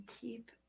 keep